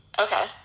Okay